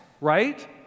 right